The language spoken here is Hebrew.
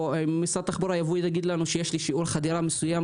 משרד התחבורה יבוא ויגיד לנו שיש לו שיעור חדירה מסוים